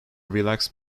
relax